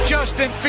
Justin